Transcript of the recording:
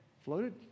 floated